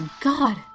God